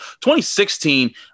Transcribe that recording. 2016